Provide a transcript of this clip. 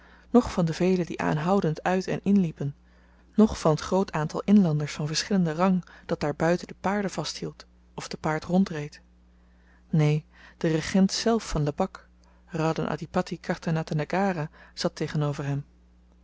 noch van de velen die aanhoudend uit en inliepen noch van t groot aantal inlanders van verschillenden rang dat daar buiten de paarden vasthield of te paard rondreed neen de regent zelf van lebak radhen adhipatti karta natta nagara zat tegenover hem